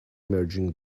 merging